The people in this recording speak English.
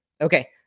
okay